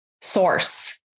source